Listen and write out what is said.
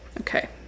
Okay